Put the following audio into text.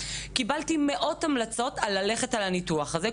קבלתי מאות המלצות על הניתוח הזה.